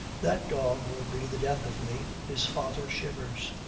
that dog will be the death of me his father shivers.